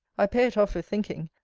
i pay it off with thinking,